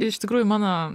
iš tikrųjų mano